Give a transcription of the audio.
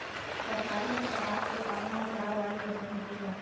सरकारी अस्पताल के काम ह चारवाली असन होथे गा